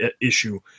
issue